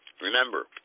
Remember